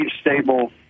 Stable